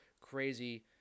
crazy